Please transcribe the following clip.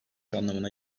anlamına